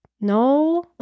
No